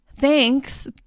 thanks